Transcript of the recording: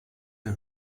der